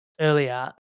earlier